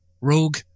rogue